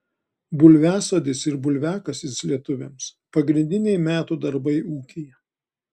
bulviasodis ir bulviakasis lietuviams pagrindiniai metų darbai ūkyje